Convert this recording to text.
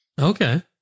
Okay